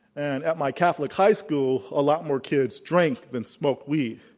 and at my catholic high school, a lot more kids drink than smoke weed.